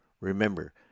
Remember